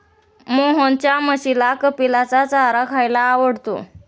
मोहनच्या म्हशीला कपिलाचा चारा खायला आवडतो